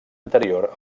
anterior